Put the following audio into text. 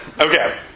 Okay